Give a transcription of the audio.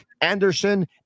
Anderson